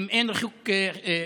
אם אין ריחוק פיזי,